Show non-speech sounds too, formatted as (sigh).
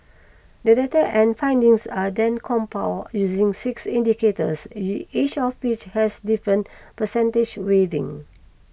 the data and findings are then compiled using six indicators (unintelligible) each of which has different percentage weighting